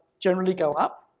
generally go up,